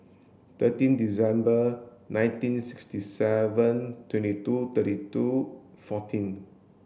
thirteen December nineteen sixty seven twenty two thirty two fourteen